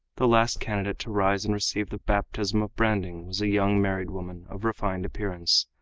the last candidate to rise and receive the baptism of branding was a young married woman of refined appearance,